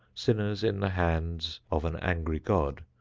sinners in the hands of an angry god,